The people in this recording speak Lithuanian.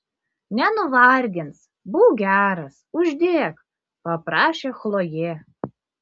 nenuvargins būk geras uždėk paprašė chlojė